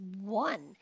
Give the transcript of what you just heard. one